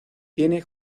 tiene